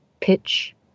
pitch